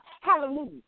Hallelujah